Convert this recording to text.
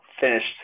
finished